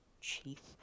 Chief